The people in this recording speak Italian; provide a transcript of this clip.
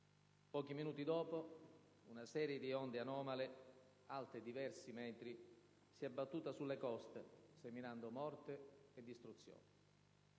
Pochi minuti dopo, una serie di onde anomale alte diversi metri si è abbattuta sulle coste seminando morte e distruzione.